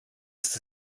ist